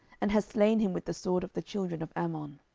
and hast slain him with the sword of the children of ammon.